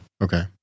Okay